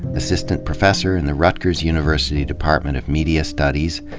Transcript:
assistant professor in the rutgers university department of media studies.